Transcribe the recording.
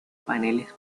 paneles